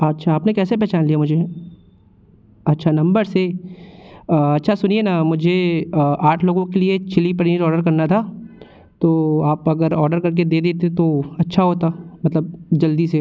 अच्छा आपने कैसे पहचान लिया मुझे अच्छा नम्बर से अच्छा सुनिए न मुझे आठ लोगों के लिए चिली पनीर ऑडर करना था तो आप अगर ऑडर करके दे देते तो अच्छा होता मतलब जल्दी से